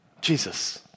Jesus